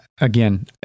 again